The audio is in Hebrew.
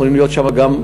ויכולים להיות שם גם,